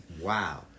Wow